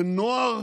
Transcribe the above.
לנוער